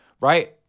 Right